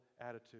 attitude